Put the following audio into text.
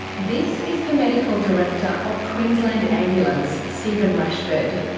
this is the medical director of queensland ambulance, stephen rashford.